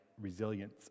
Resilience